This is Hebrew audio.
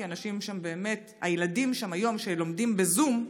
הילדים שלומדים שם בזום,